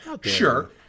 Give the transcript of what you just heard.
sure